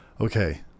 okay